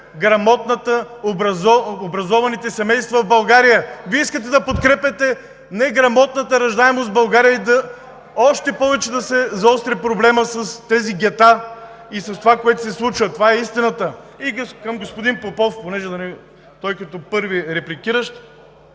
има сред образованите семейства в България. Вие искате да подкрепяте неграмотната раждаемост в България и още повече да се заостри проблемът с тези гета и с това, което се случва. Това е истината! И към господин Попов като първи репликиращ.